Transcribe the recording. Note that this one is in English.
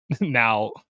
now